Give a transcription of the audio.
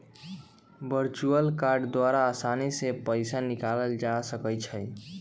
virtual card द्वारा असानी से पइसा निकालल जा सकइ छै